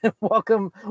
Welcome